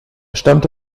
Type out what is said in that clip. stammte